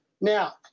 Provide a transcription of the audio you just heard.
Now